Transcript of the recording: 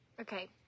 Okay